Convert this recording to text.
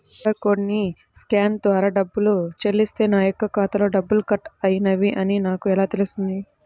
QR కోడ్ని scan ద్వారా డబ్బులు చెల్లిస్తే నా యొక్క ఖాతాలో డబ్బులు కట్ అయినవి అని నాకు ఎలా తెలుస్తుంది?